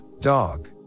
dog